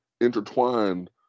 intertwined